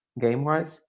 game-wise